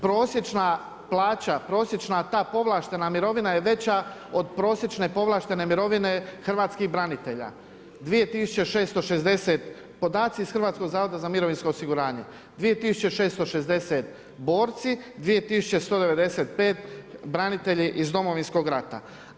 Prosječna plaća, prosječna ta povlaštena mirovina je veća od prosječne povlaštene mirovine hrvatskih branitelja, 2600, podaci iz Hrvatskog zavoda za mirovinsko osiguranje, 2660, borci 2195, branitelji iz Domovinskog rata.